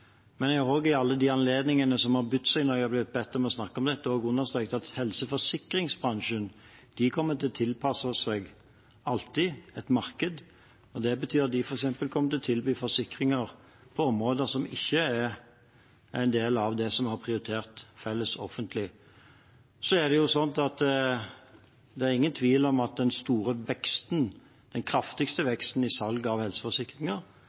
Men jeg har også, ved alle anledninger som har bydd seg når jeg har blitt bedt om å snakke om dette, understreket at helseforsikringsbransjen alltid kommer til å tilpasse seg markedet. Det betyr f.eks. at de kommer til å tilby forsikringer på områder som ikke er en del av det som vi har prioritert felles, offentlig. Det er ingen tvil om at den kraftigste veksten i salget av helseforsikringer var under den